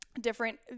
different